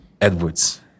Edwards